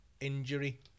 injury